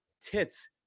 tits